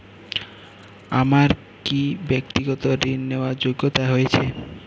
আমার কী ব্যাক্তিগত ঋণ নেওয়ার যোগ্যতা রয়েছে?